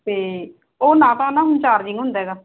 ਤੇ ਉਹ ਨਾ ਤਾਂ ਨਾ ਹੁਣ ਚਾਰਜਿੰਗ ਹੁੰਦਾ ਹੈਗਾ